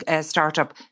startup